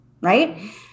right